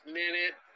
minute